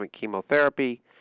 chemotherapy